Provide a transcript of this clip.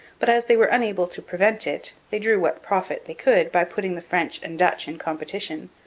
but as they were unable to prevent it, they drew what profit they could by putting the french and dutch in competition,